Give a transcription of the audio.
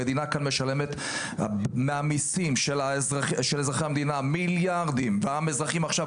המדינה כאן משלמת מהמיסים של אזרחי המדינה מיליארדים והאזרחים עכשיו,